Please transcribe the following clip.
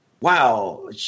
wow